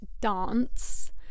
dance